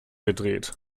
gedreht